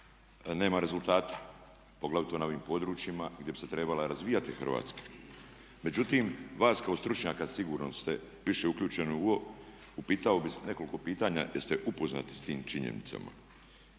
nema rezultata poglavito na ovim područjima gdje bi se trebala razvijati Hrvatska. Međutim, vas kao stručnjaka, sigurno ste više uključeni u ovo, upitao bi nekoliko pitanja jer ste upoznati s tim činjenicama.